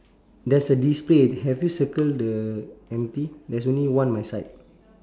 there's a display have you circle the empty there's only one my side